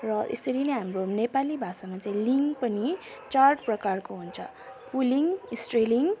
र यसरी नै हाम्रो नेपाली भाषामा चाहिँ लिङ्ग पनि चार प्रकारको हुन्छ पुलिङ्ग स्त्रीलिङ्ग